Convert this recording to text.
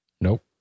Nope